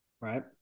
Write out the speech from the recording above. right